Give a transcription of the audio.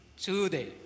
today